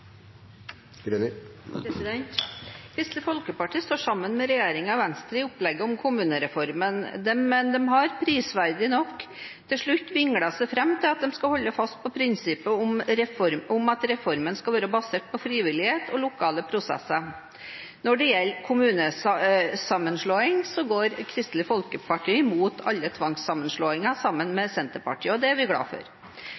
nivået. Kristelig Folkeparti står sammen med regjeringen og Venstre om opplegget for kommunereformen. Men de har, prisverdig nok, til slutt vinglet seg fram til at de skal holde fast på prinsippet om at reformen skal være basert på frivillighet og lokale prosesser. Når det gjelder kommunesammenslåing, går Kristelig Folkeparti, sammen med Senterpartiet mot alle tvangssammenslåinger,